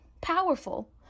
powerful